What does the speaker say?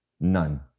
None